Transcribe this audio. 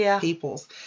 peoples